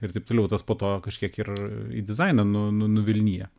ir taip toliau tas po to kažkiek ir į dizainą nu nuvilnija